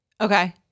Okay